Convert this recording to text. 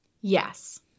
Yes